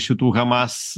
šitų hamas